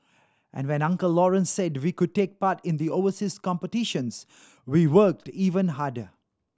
and when Uncle Lawrence said we could take part in the overseas competitions we worked even harder